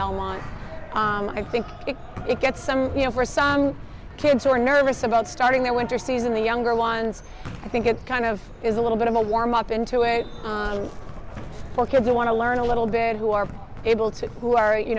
belmont i think it gets some you know for some kids who are nervous about starting their winter season the younger ones i think it kind of is a little bit of a warm up into a kids who want to learn a little bit who are able to who are you